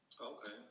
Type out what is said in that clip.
Okay